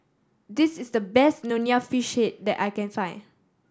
this is the best Nonya Fish Head that I can find